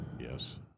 Yes